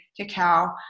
cacao